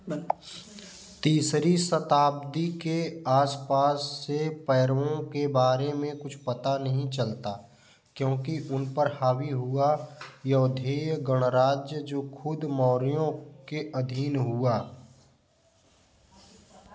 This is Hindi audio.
तीसरी शताब्दी के आस पास से पैरवों के बारे में कुछ पता नहीं चलता क्योंकि उन पर हावी हुआ यौधेय गणराज्य जो खुद मौर्यों के अधीन हुआ